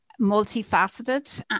multifaceted